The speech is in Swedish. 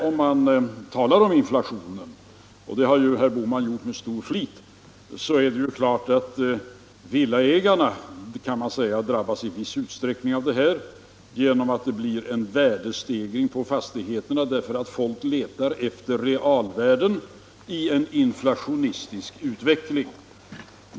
Om man talar om inflationen — och det har ju herr Bohman gjort med stor flit — är det klart att villaägarna drabbas i viss utsträckning genom att det blir en värdestegring på fastigheterna därför att folk letar efter realvärden i en inflationistisk utveckling.